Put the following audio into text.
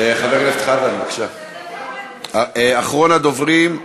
חבר הכנסת חזן, בבקשה, אחרון הדוברים.